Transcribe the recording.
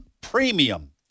premium